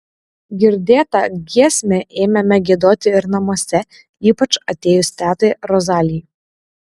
girdėtą giesmę ėmėme giedoti ir namuose ypač atėjus tetai rozalijai